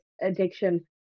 addiction